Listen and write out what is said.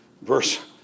verse